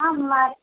ହଁ ମାର୍ଚ୍ଚ